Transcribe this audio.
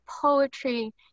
poetry